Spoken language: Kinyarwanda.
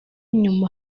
nyuma